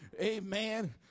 Amen